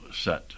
set